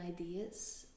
ideas